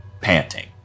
panting